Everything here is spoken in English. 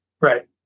Right